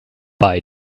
bei